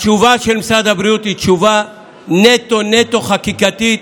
התשובה של משרד הבריאות היא תשובה נטו נטו חקיקתית,